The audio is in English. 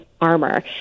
armor